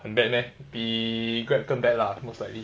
很 bad meh 比 Grab 更 bad lah most likely